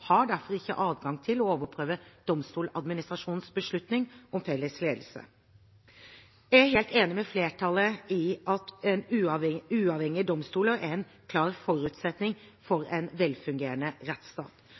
har derfor ikke adgang til å overprøve Domstoladministrasjonens beslutning om felles ledelse. Jeg er helt enig med flertallet i at uavhengige domstoler er en klar forutsetning for en velfungerende rettsstat.